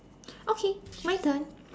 okay my turn